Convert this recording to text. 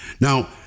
Now